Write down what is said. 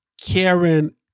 Karen